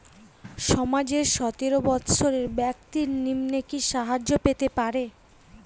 সমাজের সতেরো বৎসরের ব্যাক্তির নিম্নে কি সাহায্য পেতে পারে?